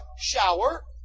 shower